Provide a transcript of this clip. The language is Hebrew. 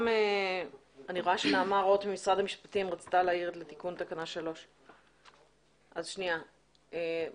אני גם רואה שנעמה רוט ממשרד המשפטים רצתה להעיר לתיקון תקנה 3. נעמה,